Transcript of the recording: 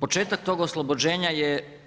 Početak tog oslobođenja je